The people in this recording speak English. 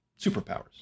superpowers